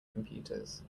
computers